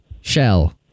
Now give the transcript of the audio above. Shell